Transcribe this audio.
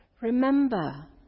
Remember